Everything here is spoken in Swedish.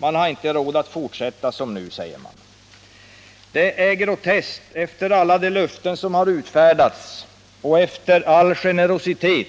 Man har inte råd att fortsätta som nu, säger man. Detta är groteskt efter alla de löften som utfärdats och efter all generositet